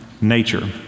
nature